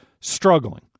struggling